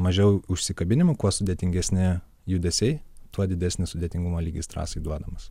mažiau užsikabinimų kuo sudėtingesni judesiai tuo didesnis sudėtingumo lygis trasai duodamas